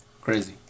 Crazy